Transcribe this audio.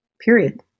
Period